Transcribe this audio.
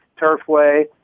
Turfway